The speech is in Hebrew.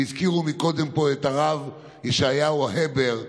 והזכירו פה קודם את הרב ישעיהו הבר,